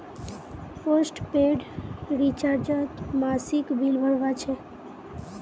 postpaid रिचार्जोत मासिक bill भरवा होचे